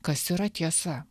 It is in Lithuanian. kas yra tiesa